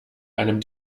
einem